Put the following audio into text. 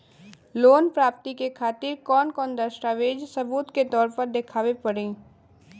Loan प्राप्ति के खातिर कौन कौन दस्तावेज सबूत के तौर पर देखावे परी?